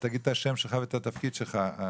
רק תגיד את השם ואת התפקיד שלך.